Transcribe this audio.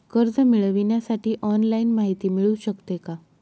कर्ज मिळविण्यासाठी ऑनलाईन माहिती मिळू शकते का?